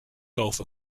golf